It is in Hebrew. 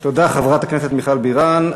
תודה, חברת הכנסת מיכל בירן.